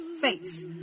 face